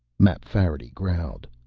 mapfarity growled,